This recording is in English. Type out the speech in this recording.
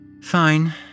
Fine